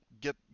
get